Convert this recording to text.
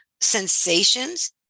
sensations